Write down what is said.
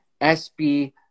SB